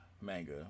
manga